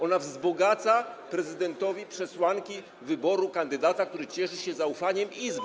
Ona wzbogaca prezydentowi przesłanki wyboru kandydata, który cieszy się zaufaniem Izby.